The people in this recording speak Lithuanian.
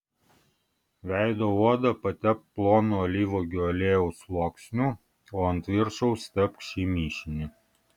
veido odą patepk plonu alyvuogių aliejaus sluoksniu o ant viršaus tepk šį mišinį